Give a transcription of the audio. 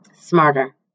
Smarter